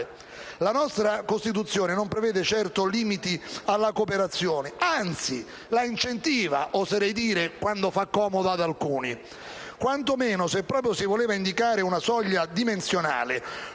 La nostra Costituzione non prevede certo limiti alla cooperazione, anzi, oserei dire che la incentiva quando fa comodo ad alcuni: quantomeno, se proprio si voleva indicare una soglia dimensionale,